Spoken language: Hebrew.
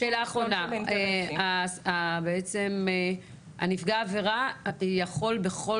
שאלה אחרונה: בעצם נפגע העבירה יכול בכל